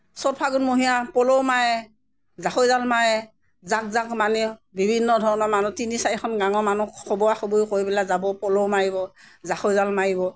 চ'ত ফাগুণ মহীয়া পল মাৰে জাকৈ জাল মাৰে জাক জাক মানুহে বিভিন্ন ধৰণৰ মানুহ তিনি চাৰিখন গাঁৱৰ মানুহ খবুৱা খবুই কৰি যাব পল মাৰিব জাকৈ জাল মাৰিব